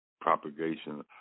propagation